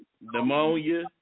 pneumonia